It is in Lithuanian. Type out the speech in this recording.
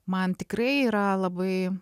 man tikrai yra labai